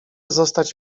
zostać